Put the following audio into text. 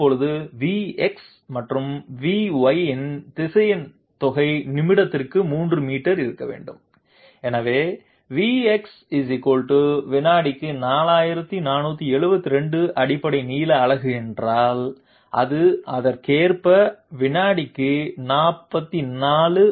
இப்போது Vx மற்றும் Vy இன் திசையன் தொகை நிமிடத்திற்கு 3 மீட்டர் இருக்க வேண்டும் எனவே vx வினாடிக்கு 4472 அடிப்படை நீள அலகு என்றால் அது அதற்கேற்ப வினாடிக்கு 44